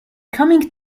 coming